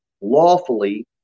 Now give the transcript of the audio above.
lawfully